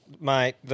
Mate